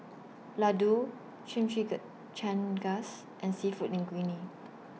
Ladoo and Seafood Linguine